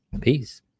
peace